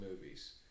movies